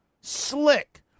slick